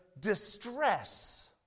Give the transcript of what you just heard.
distress